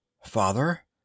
Father